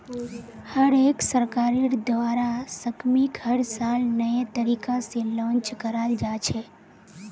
हर एक सरकारेर द्वारा स्कीमक हर साल नये तरीका से लान्च कराल जा छे